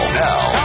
now